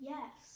Yes